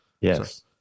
Yes